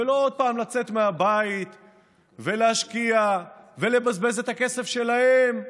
ולא עוד פעם לצאת מהבית ולהשקיע ולבזבז את הכסף שלהם.